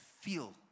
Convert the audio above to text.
feel